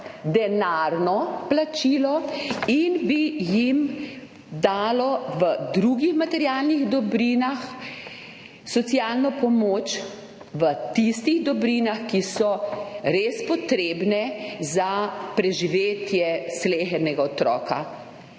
denarno plačilo in bi se jim dalo v drugih materialnih dobrinah socialno pomoč, v tistih dobrinah, ki so res potrebne za preživetje slehernega otroka.